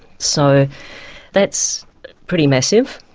so that's pretty massive.